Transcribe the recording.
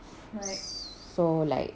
so like